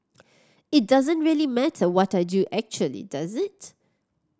it doesn't really matter what I do actually does it